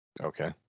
okay